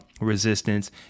resistance